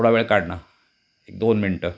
थोडा वेळ काढ ना एक दोन मिनटं